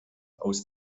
aus